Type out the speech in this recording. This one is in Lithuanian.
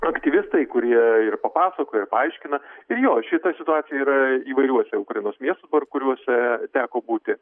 aktyvistai kurie ir papasakoja ir paaiškina ir jo šita situacija yra įvairiuose ukrainos miestuose kuriuose teko būti